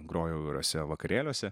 grojau įvairiuose vakarėliuose